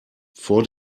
vor